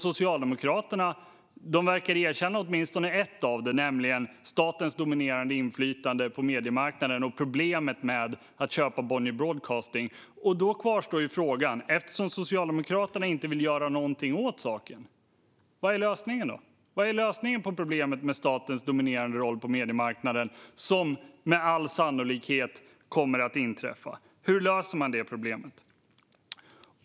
Socialdemokraterna verkar erkänna åtminstone ett av problemen, nämligen statens dominerande inflytande på mediemarknaden och problemet med att köpa Bonnier Broadcasting. Då kvarstår ju frågan: Med tanke på att Socialdemokraterna inte vill göra någonting åt saken, vad är lösningen? Vad är lösningen på problemet med den dominerande roll på mediemarknaden som staten med all sannolikhet kommer att inta? Hur löser man det problemet?